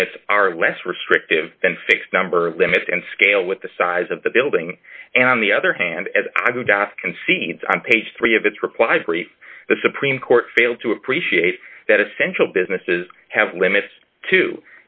limits are less restrictive than fixed number limits and scale with the size of the building and on the other hand as i go das concedes on page three of its reply brief the supreme court fail to appreciate that essential businesses have limits to